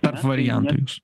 tarp variantų jūsų